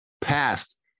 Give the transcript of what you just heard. past